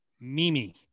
Mimi